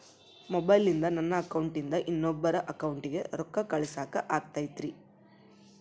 ಮೊಬೈಲಿಂದ ನನ್ನ ಅಕೌಂಟಿಂದ ಇನ್ನೊಬ್ಬರ ಅಕೌಂಟಿಗೆ ರೊಕ್ಕ ಕಳಸಾಕ ಆಗ್ತೈತ್ರಿ?